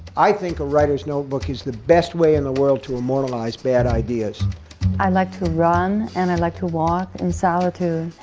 i think a writer's notebook is the best way in the world to immortalize bad ideas i like to run and i like to walk in solitude.